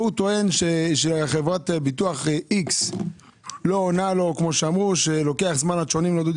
הוא טוען שחברת ביטוח איקס לא עונה לו או שלוקח זמן עד שעונים לו.